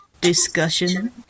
Discussion